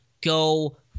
go